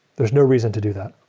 there's no reason to do that.